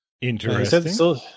interesting